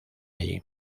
allí